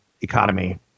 economy